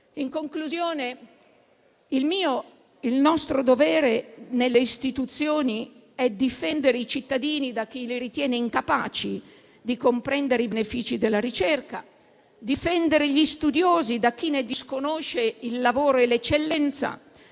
In conclusione, il mio e il nostro dovere nelle istituzioni è difendere i cittadini da chi li ritiene incapaci di comprendere i benefici della ricerca, difendere gli studiosi da chi ne disconosce il lavoro e l'eccellenza,